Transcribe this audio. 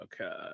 okay